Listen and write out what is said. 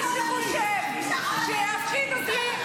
נכון --- אז הוא איים עליי ואמר כמה פעמים שהוא איש צבא,